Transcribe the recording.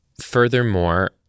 furthermore